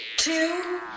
Two